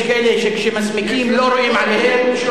יש כאלה שכאשר הם מסמיקים לא רואים עליהם.